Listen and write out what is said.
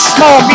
Small